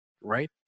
right